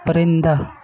پرندہ